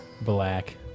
Black